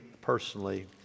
personally